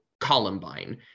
Columbine